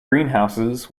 greenhouses